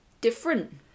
different